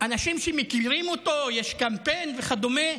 אנשים שמכירים אותו, יש קמפיין וכדומה.